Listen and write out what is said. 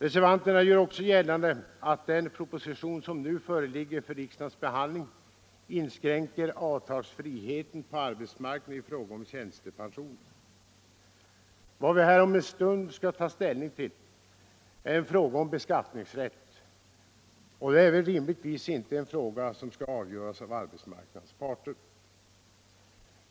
Reservanterna gör också gällande att den proposition som nu föreligger för riksdagens behandling inskränker avtalsfriheten på arbetsmarknaden i fråga om tjänstepensioner. Vad vi här om en stund skall ta ställning till är en fråga om beskattningsrätt. Det är rimligtvis inte en fråga som skall avgöras av arbetsmarknadens parter.